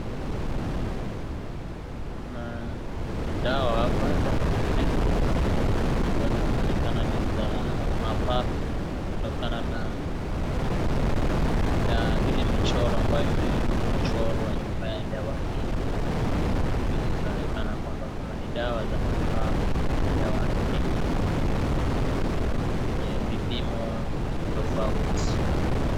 Kuna dawa hapa, dawa nne, ambazo zinaonekana ni za mapafu kutokana na ile michoro ambayo imechorwa nyuma ya dawa hizo. Kwa hivyo hizi zinaonekana kwamba ni dawa za mapafu, dawa nne, zenye vipimo tofauti.